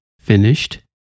finished